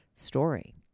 story